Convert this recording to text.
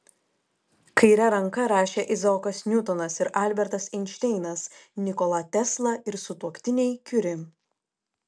kaire ranka rašė izaokas niutonas ir albertas einšteinas nikola tesla ir sutuoktiniai kiuri